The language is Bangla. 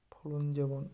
ফলন যেমন